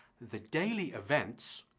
the daily events,